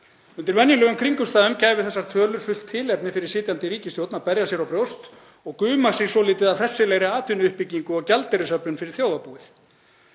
Undir venjulegum kringumstæðum gæfu þessar tölur fullt tilefni fyrir sitjandi ríkisstjórn til að berja sér á brjóst og guma sig svolítið af hressilegri atvinnuuppbyggingu og gjaldeyrisöflun fyrir þjóðarbúið